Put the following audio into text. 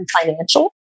Financial